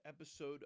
episode